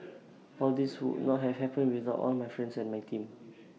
all this would not have happened without all my friends and my team